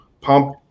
pump